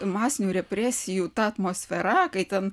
masinių represijų ta atmosfera kai ten